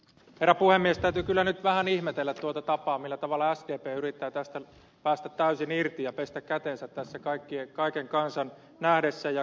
täytyy kyllä nyt vähän ihmetellä tuota tapaa millä tavalla sdp yrittää tästä päästä täysin irti ja pestä kätensä tässä kaiken kansan nähden ja kuullen